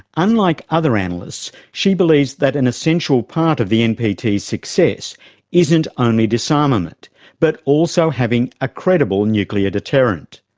unlike other analysts, she believes that an essential part of the npt's success isn't only disarmament but also having a credible nuclear deterrent.